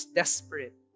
desperate